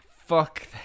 fuck